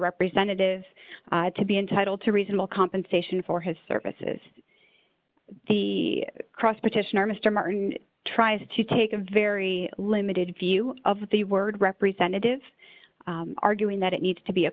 representative to be entitled to reasonable compensation for his services the cross petition or mr martin tries to take a very limited view of the word representative arguing that it needs to be a